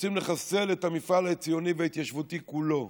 רוצים לחסל את המפעל הציוני וההתיישבותי כולו.